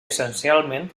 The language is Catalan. essencialment